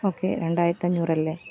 okay രണ്ടായിരത്തഞ്ഞൂറല്ലേ